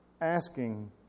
asking